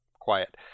quiet